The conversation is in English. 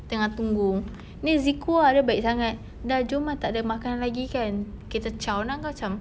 tengah tunggu ni zeko ah dia baik sangat sudah jom ah tak ada makan lagi kan kita chao ah then aku macam